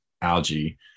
algae